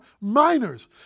miners